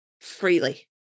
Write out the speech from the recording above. freely